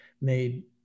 made